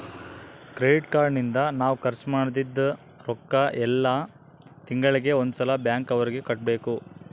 credit card ನಿಂದ ನಾವ್ ಖರ್ಚ ಮದಿದ್ದ್ ರೊಕ್ಕ ಯೆಲ್ಲ ತಿಂಗಳಿಗೆ ಒಂದ್ ಸಲ ಬ್ಯಾಂಕ್ ಅವರಿಗೆ ಕಟ್ಬೆಕು